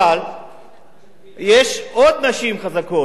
אבל יש עוד נשים חזקות.